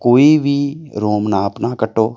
ਕੋਈ ਵੀ ਰੋਮ ਨਾ ਆਪਣਾ ਕੱਟੋ